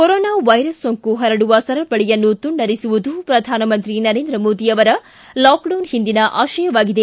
corona virus ಸೋಂಕು ಹರಡುವ ಸರಪಳಿಯನ್ನು ತುಂಡರಿಸುವುದು ಪ್ರಧಾನಮಂತ್ರಿ ನರೇಂದ್ರ ಮೋದಿ ಅವರ ಲಾಕ್ಡೌನ್ ಓಂದಿನ ಆಶಯವಾಗಿದೆ